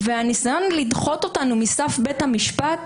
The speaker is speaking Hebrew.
והניסיון לדחות אותנו מסף בית המשפט